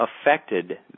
affected